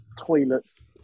toilets